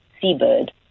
seabird